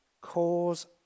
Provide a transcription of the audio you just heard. cause